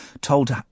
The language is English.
told